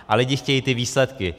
A lidi chtějí ty výsledky.